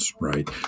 right